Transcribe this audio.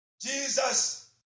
Jesus